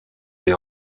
les